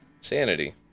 sanity